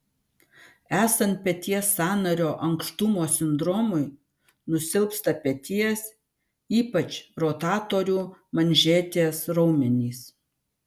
esant peties sąnario ankštumo sindromui nusilpsta peties ypač rotatorių manžetės raumenys